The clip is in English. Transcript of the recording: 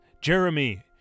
Jeremy